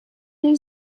než